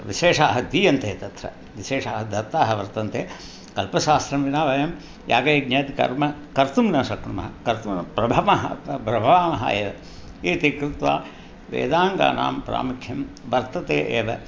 विशेषाः दीयन्ते तत्र विशेषाः दत्ताः वर्तन्ते कल्पशास्त्रं विना वयं यागयज्ञादिकर्मं कर्तुं न शक्नुमः कर्तुं प्रथमः त म प्रभावामः एव इति कृत्वा वेदाङ्गानां प्रामुख्यं वर्तते एव